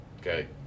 Okay